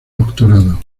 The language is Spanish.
doctorado